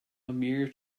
amir